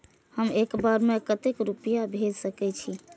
एक बार में केते रूपया भेज सके छी?